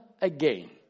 again